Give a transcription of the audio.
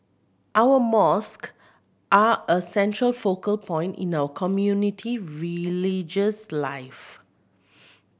our mosque are a central focal point in our community religious life